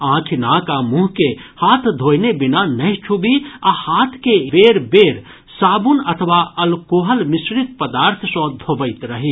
आंखि नाक आ मुंह के हाथ धोयने बिना नहि छूबी आ हाथ के बेर बेर साबुन अथवा अल्कोहल मिश्रित पदार्थ सँ धोबैत रही